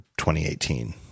2018